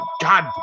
God